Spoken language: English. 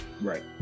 Right